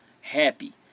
happy